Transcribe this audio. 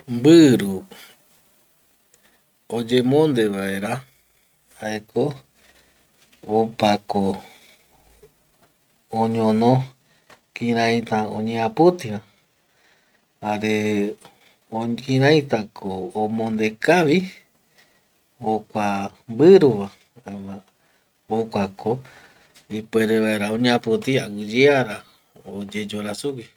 Mbiru oyemonde vaera jaeko opako oñono kiraita oñeapitiva jare kiraitako omende kavi jokua mbiruva jokuako ipuere vaera oñeapiti aguiyeara oyeyora sugui